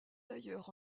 d’ailleurs